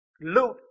loot